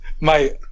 mate